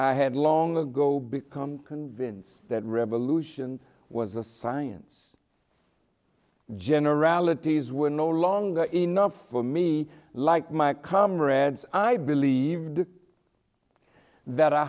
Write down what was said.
i have long ago become convinced that revolution was a science generalities were no longer enough for me like my comrades i believed that a